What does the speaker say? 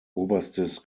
oberstes